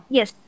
Yes